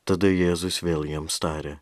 tada jėzus vėl jiems tarė